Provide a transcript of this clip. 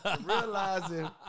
Realizing